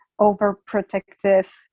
overprotective